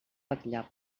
vetllar